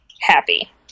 happy